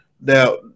Now